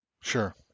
Sure